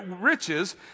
riches